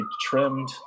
trimmed